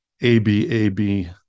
A-B-A-B